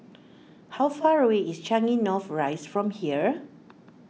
how far away is Changi North Rise from here